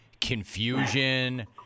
confusion